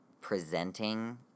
presenting